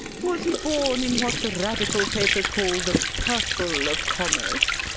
was he born in what the radical papers call the purple of commerce,